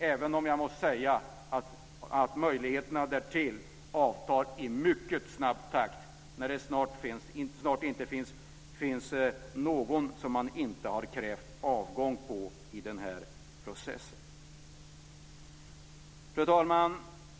Men jag måste säga att möjligheterna därtill avtar i mycket snabb takt. Snart finns det ju inte någon vars avgång man inte krävt i den här processen. Fru talman!